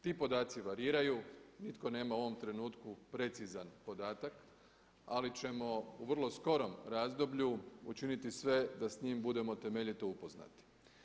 Ti podaci variraju, nitko nema u ovom trenutku precizan podatak, ali ćemo u vrlo skorom razdoblju učiniti sve da s njim budemo temeljito upoznati.